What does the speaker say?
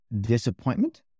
disappointment